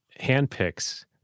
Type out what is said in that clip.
handpicks